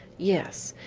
yes,